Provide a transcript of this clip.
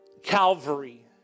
Calvary